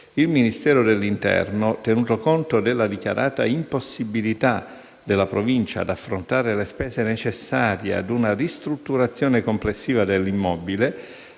il Ministero dell'interno, tenuto conto della dichiarata impossibilità della Provincia ad affrontare le spese necessarie ad una ristrutturazione complessiva dell'immobile,